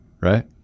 Right